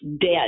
dead